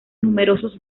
numerosos